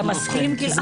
אתה מסכים, גלעד?